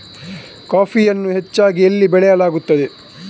ಕಾಫಿಯನ್ನು ಹೆಚ್ಚಾಗಿ ಎಲ್ಲಿ ಬೆಳಸಲಾಗುತ್ತದೆ?